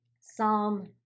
Psalm